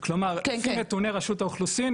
כלומר לפי נתוני רשות האוכלוסין,